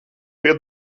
pie